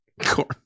corn